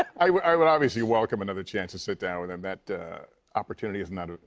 i would obviously welcome another chance to sit down with him. that opportunity has not